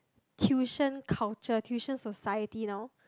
tuition culture tuition society now